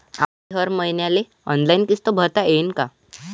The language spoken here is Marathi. आम्हाले हर मईन्याले ऑनलाईन किस्त भरता येईन का?